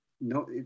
no